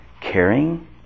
Caring